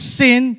sin